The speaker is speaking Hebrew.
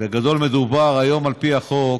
בגדול, מדובר היום על פי החוק